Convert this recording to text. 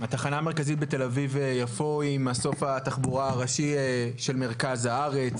התחנה המרכזית בתל אביב-יפו היא מסוף התחבורה הראשי של מרכז הארץ,